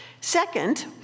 Second